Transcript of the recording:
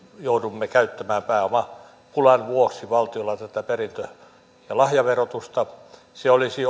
joudumme käyttämään pääomapulan vuoksi valtiolla tätä perintö ja lahjaverotusta sen keventäminen olisi